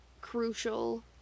crucial